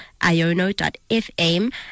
Iono.fm